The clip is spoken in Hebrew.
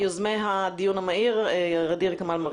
יוזמי הדיון המהיר:ע'דיר כמאל מריח.